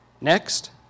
Next